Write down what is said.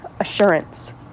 Assurance